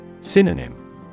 Synonym